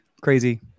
crazy